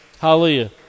Hallelujah